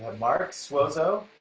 ah mark suozzo,